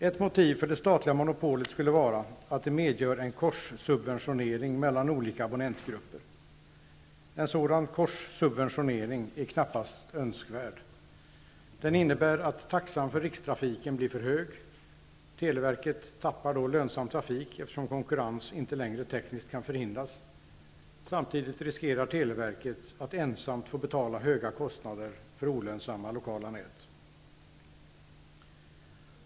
Ett motiv för det statliga monopolet skulle vara att det medger en korssubventionering mellan olika abonnentgrupper. En sådan korssubventionering är knappast önskvärd. Den innebär att taxan för rikstrafiken blir för hög. Televerket tappar då lönsam trafik, eftersom konkurrens inte längre tekniskt kan förhindras. Samidigt riskerar telverket att ensamt få betala höga kostnader för olönsamma lokala nät.